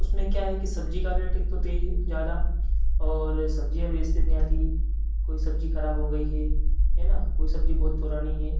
उसमें क्या है कि सब्ज़ी का रेट एक तो तेज़ ज़्यादा और सब्ज़ियाँ व्यवस्थित नहीं आती कोई सब्ज़ी खराब हो गई है है ना कोई सब्ज़ी बहुत पुरानी है